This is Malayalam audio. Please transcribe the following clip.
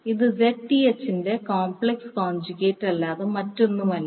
ഇത് Zth ന്റെ കോംപ്ലക്സ് കോൻജഗേറ്റ് അല്ലാതെ മറ്റൊന്നുമല്ല